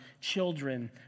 children